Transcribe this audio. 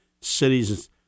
cities